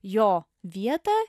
jo vietą